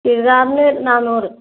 ചുരിദാറിന് നാനൂറ്